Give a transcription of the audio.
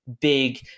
big